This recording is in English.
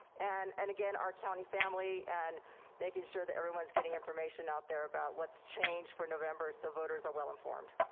and and again, our county family and making sure that everyone's getting information out there about what's changed for november, so voters are well informed.